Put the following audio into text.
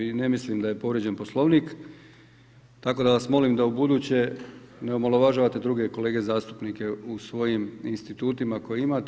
I ne mislim da je povrijeđen Poslovnik tako da vas molim da ubuduće ne omalovažavate druge kolege zastupnike u svojim institutima koje imate.